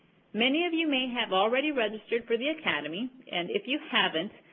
many of you may have already registered for the academy, and if you haven't,